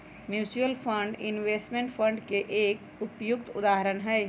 mutual fund investment fund के एक उपयुक्त उदाहरण हई